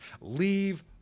leave